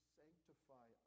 sanctify